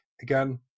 again